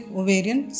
ovarian